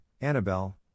Annabelle